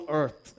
earth